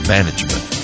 Management